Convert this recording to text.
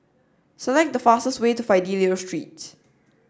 select the fastest way to Fidelio Street